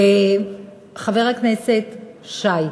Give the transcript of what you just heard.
חבר הכנסת שי,